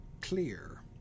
clear